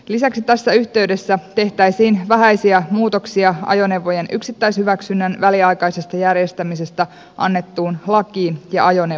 lisäksi tässä yhteydessä tehtäisiin vähäisiä muutoksia ajoneuvojen yksittäishyväksynnän väliaikaisesta järjestämisestä annettuun lakiin ja ajoneuvolakiin